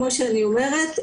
כמו שאני אומרת,